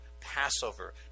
Passover